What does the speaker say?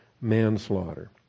manslaughter